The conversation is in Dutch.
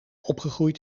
opgegroeid